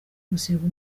gusiga